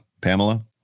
pamela